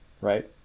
right